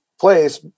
place